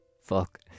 fuck